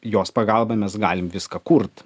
jos pagalba mes galim viską kurt